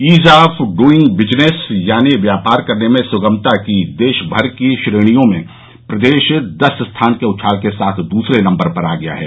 ease of doing business यानी व्यापार करने में सुगमता की देशमर की श्रेणियों में प्रदेश दस स्थान के उछाल के साथ दूसरे नम्बर पर आ गया है